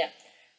ya